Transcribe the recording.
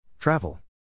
Travel